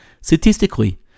Statistically